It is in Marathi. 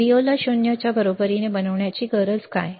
Vo ला 0 च्या बरोबरीने बनवण्याची गरज काय आहे